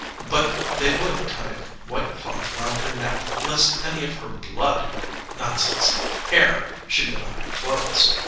but they would tie a white cloth round her neck lest any of her blood nonsense hair should get on her clothes.